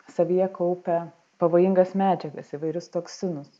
savyje kaupia pavojingas medžiagas įvairius toksinus